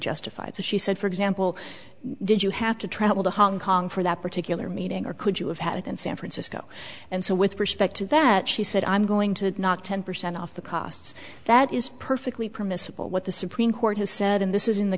justified so she said for example did you have to travel to hong kong for that particular meeting or could you have had it in san francisco and so with respect to that she said i'm going to knock ten percent off the costs that is perfectly permissible what the supreme court has said